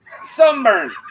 Sunburn